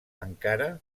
encara